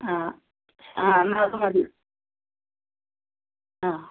ആ ആ എന്നാൽ അതു മതി ആ